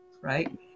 Right